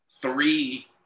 three